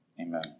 Amen